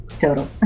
Total